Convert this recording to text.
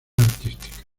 artística